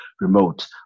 remote